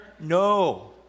no